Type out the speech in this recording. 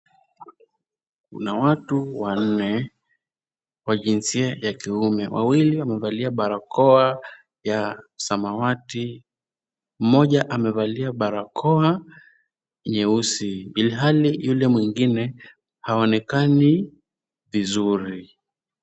Kuna watu wanne wa jinsia ya kiume. Wawili wamevalia barakoa ya samawati. Mmoja amevalia barakoa nyeusi ilhali yule mwingine haonekani vizuri.